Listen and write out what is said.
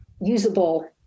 usable